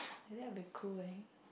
ya that will be cool eh